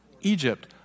Egypt